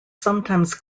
sometimes